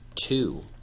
two